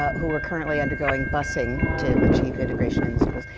who were currently undergoing bussing, to achieve integration in the schools.